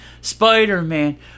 Spider-Man